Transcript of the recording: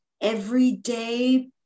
everyday